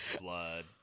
blood